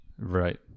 right